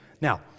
Now